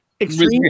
extreme